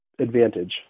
advantage